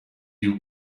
you